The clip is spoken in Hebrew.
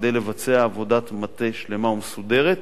כדי לבצע עבודת מטה שלמה ומסודרת,